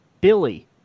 Billy